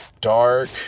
dark